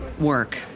work